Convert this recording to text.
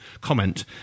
comment